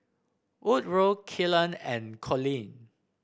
Woodroe Kylan and Colleen